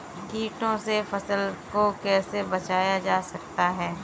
कीटों से फसल को कैसे बचाया जा सकता है?